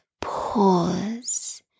pause